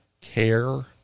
care